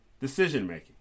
decision-making